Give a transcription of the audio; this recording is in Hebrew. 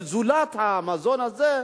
זולת המזון הזה,